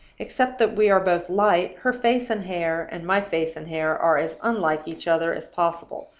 except that we are both light, her face and hair and my face and hair are as unlike each other as possible.